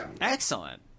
Excellent